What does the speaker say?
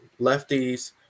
lefties